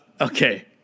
okay